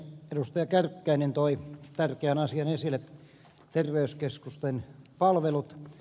kärkkäinen toi tärkeän asian esille terveyskeskusten palvelut